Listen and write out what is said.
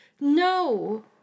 no